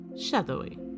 shadowy